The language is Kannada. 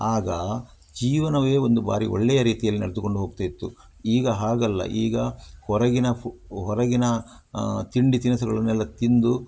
ಆಗ ಜೀವನವೇ ಒಂದು ಬಾರಿ ಒಳ್ಳೆಯ ರೀತಿಯಲ್ಲಿ ನಡೆದುಕೊಂಡು ಹೋಗ್ತಾಯಿತ್ತು ಈಗ ಹಾಗಲ್ಲ ಈಗ ಹೊರಗಿನ ಹೊರಗಿನ ತಿಂಡಿ ತಿನಸುಗಳನ್ನೆಲ್ಲ ತಿಂದು